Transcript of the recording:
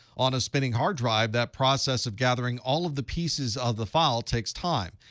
on a spinning hard drive, that process of gathering all of the pieces of the file takes time.